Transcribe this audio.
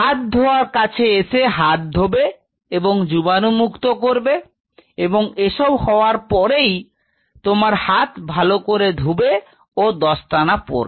হাত ধোয়ার কাছে এসে হাত ধোবে এবং জীবাণুমুক্ত করবে ও এসব হওয়ার পরেই তোমার হাত ভালো করে বুঝবে এবং দস্তানা পরবে